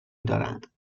دارند